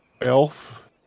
elf